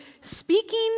speaking